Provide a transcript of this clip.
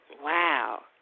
wow